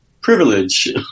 privilege